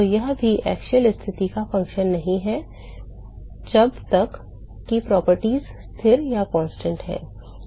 तो यह भी अक्षीय स्थिति का एक फ़ंक्शन नहीं है जब तक कि गुण स्थिर हैं यदि k स्थिर है